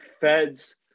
Fed's